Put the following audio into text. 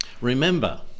remember